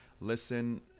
listen